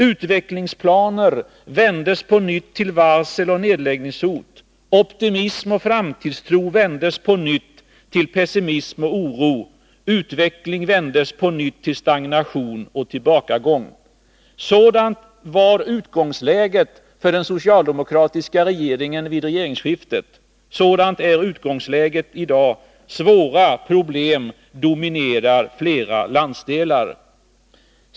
Utvecklingsplaner vändes på nytt till varsel och nedläggningshot. Optimism och framtidstro vändes på nytt till pessimism och oro. Utveckling vändes på nytt till stagnation och tillbakagång. Sådant var utgångsläget för den socialdemokratiska regeringen vid regeringsskiftet. Svåra problem dominerar flera landsdelar.